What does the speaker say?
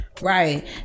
right